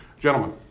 gentlemen.